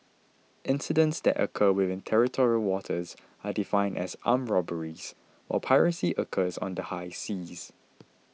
incidents that occur within territorial waters are defined as armed robberies while piracy occurs on the high seas